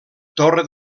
torre